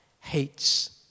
hates